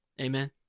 Amen